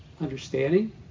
understanding